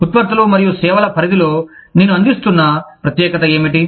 ఉత్పత్తులు మరియు సేవల పరిధిలో నేను అందిస్తున్న ప్రత్యేకత ఏమిటి